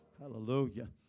Hallelujah